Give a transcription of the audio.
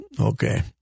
Okay